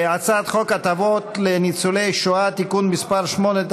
הצעת חוק הטבות לניצולי שואה (תיקון מס' 8),